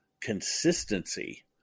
consistency